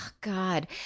God